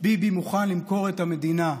ביבי מוכן למכור את המדינה,